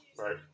Right